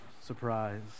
Surprise